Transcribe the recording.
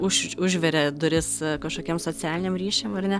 už užveria duris kažkokiem socialiniam ryšiam ar ne